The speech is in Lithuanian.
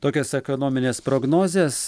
tokios ekonominės prognozės